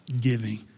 giving